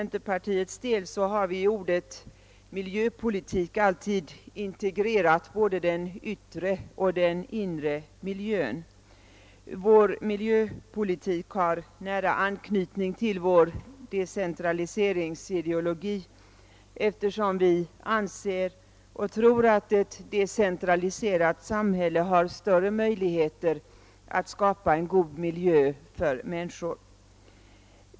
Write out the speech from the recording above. Vi har i ordet miljöpolitik alltid integrerat både den yttre och den inre miljön. Vår miljöpolitik har nära anknytning till vår decentraliseringsideologi, eftersom vi anser och tror att ett decentraliserat samhälle har större möjligheter att skapa en god miljö för människorna.